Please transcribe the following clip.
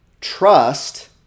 trust